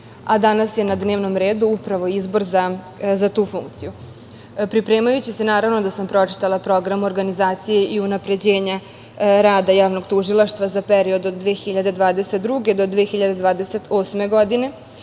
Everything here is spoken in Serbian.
danas je na dnevnom redu upravo izbor za tu funkciju. Pripremajući se naravno da sam pročitala Program organizacije i unapređenja rada javnog tužilaštva za period od 2022. do 2028. godine.